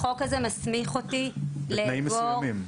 החוק הזה מסמיך אותי --- בתנאים מסוימים.